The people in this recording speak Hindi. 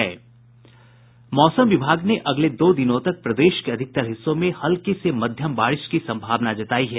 मौसम विभाग ने अगले दो दिनों तक प्रदेश के अधिकतर हिस्सों में हल्की से मध्यम बारिश की संभावना जतायी है